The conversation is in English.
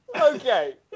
Okay